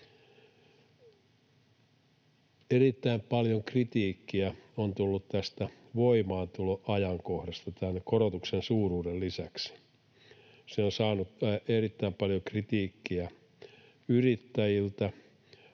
Erittäin paljon kritiikkiä on tullut tästä voimaantuloajankohdasta, tämän korotuksen suuruuden lisäksi. Nimenomaan tämä aikataulu on saanut erittäin paljon kritiikkiä yrittäjiltä,